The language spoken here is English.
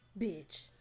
Bitch